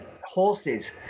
horses